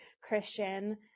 Christian